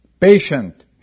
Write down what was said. patient